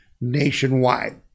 nationwide